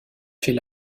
fait